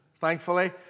thankfully